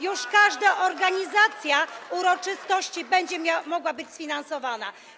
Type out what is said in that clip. Już każda organizacja uroczystości będzie mogła być sfinansowana.